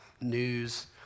news